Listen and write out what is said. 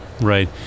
Right